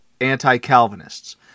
anti-Calvinists